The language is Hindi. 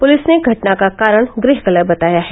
पुलिस ने घटना का कारण गृह कलह बताया है